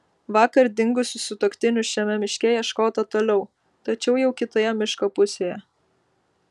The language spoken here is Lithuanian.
vakar dingusių sutuoktinių šiame miške ieškota toliau tačiau jau kitoje miško pusėje